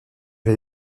vas